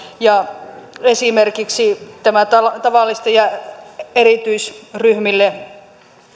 ja esimerkiksi tavallisten ja erityisryhmille